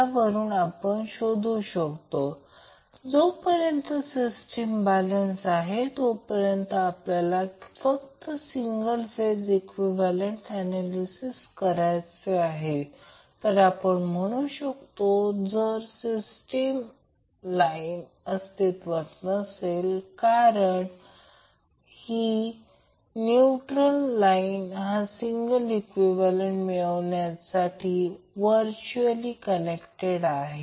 त्यावरून शोधू शकतो जोपर्यंत सिस्टीम बॅलेन्स आहे तोपर्यंत आपल्याला फक्त सिंगल फेज इक्विवेलेंट ऍनॅलिसिस करायचे आहे तर आपण म्हणू शकतो जर न्यूट्रल लाईन ही अस्तित्वात नसेल कारण की न्यूट्रल हा सिंगल फेज इक्विवेलेंट मिळवण्यासाठी वर्च्युअली कनेक्टेड आहे